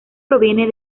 proviene